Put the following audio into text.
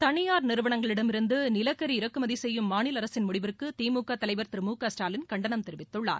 தளியாா் நிறுவனங்களிடமிருந்து நிலக்கரி இறக்குமதி செய்யும் மாநில அரசின் முடிவிற்கு திமுக தலைவர் திரு மு க ஸ்டாலின் கண்டனம் தெரிவித்துள்ளார்